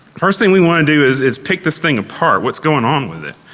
first thing we want to do is is pick this thing apart. what's going on with it?